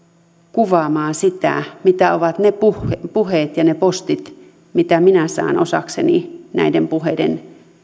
kuvaamaan sitä mitä ovat ne puheet ne puheet ja ne postit mitä minä saan osakseni näiden puheiden